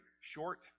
short